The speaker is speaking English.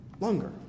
longer